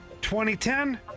2010